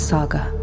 Saga